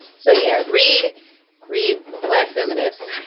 so yeah. read read black feminists.